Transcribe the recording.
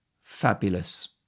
fabulous